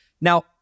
Now